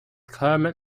kermit